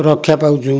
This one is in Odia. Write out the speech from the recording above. ରକ୍ଷା ପାଉଛୁଁ